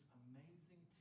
amazing